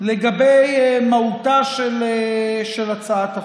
לגבי מהותה של הצעת החוק.